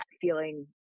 feeling